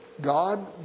God